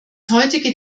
heutige